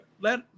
let